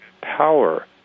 power